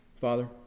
Father